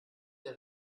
der